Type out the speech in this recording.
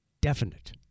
definite